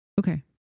okay